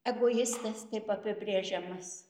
egoistas kaip apibrėžiamas